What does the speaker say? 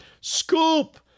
Scoop